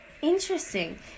Interesting